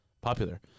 popular